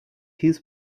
his